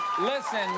listen